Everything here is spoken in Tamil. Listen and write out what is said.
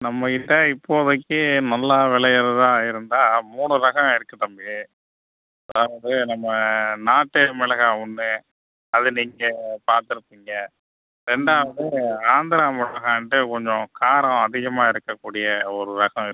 நம்மக்கிட்ட இப்போதைக்கு நல்லா விளையிறதா இருந்தால் மூணு ரகம் இருக்கு தம்பி அதாவது நம்ம நாட்டேரி மிளகா ஒன்று அது நீங்கள் பார்த்துருப்பீங்க ரெண்டாவது ஆந்திரா மிளகாகன்ட்டு கொஞ்சம் காரம் அதிகமாக இருக்கக்கூடிய ஒரு ரகம் இருக்கு